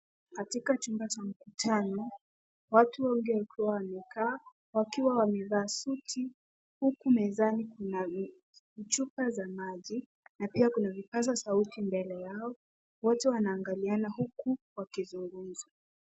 Katika chumba cha mkutano, watu wengi wakiwa wamekaa wakiwa wamevaa suti huku mezani kuna vichupa za maji na pia kuna vipaza sauti mbele yao. Wote wanaangaliana huku wakizungumza.